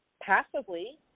passively